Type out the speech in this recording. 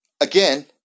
again